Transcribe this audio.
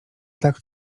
tak